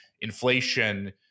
inflation